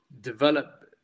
develop